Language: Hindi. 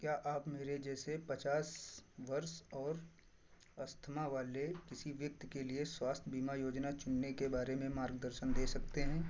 क्या आप मेरे जैसे पचास वर्ष और अस्थमा वाले किसी व्यक्ति के लिए स्वास्थ्य बीमा योजना चुनने के बारे में मार्गदर्शन दे सकते हैं